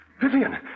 Vivian